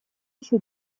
еще